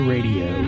Radio